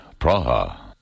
Praha